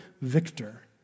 victor